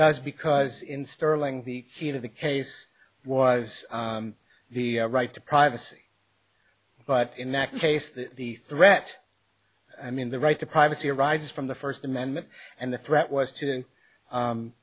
does because in sterling the heat of the case was the right to privacy but in that case the threat i mean the right to privacy arises from the first amendment and the threat was to